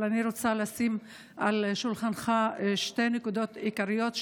אבל אני רוצה לשים על שולחנך שתי נקודות עיקריות,